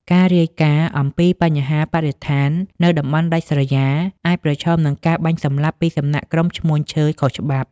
ការរាយការណ៍អំពីបញ្ហាបរិស្ថាននៅតំបន់ដាច់ស្រយាល អាចប្រឈមនឹងការបាញ់សម្លាប់ពីសំណាក់ក្រុមឈ្មួញឈើខុសច្បាប់។